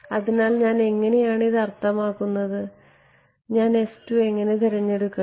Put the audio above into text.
അതിനാൽ ഞാൻ എങ്ങനെയാണ് ഇത് അർത്ഥമാക്കുന്നത് ഞാൻ എങ്ങനെ തിരഞ്ഞെടുക്കണം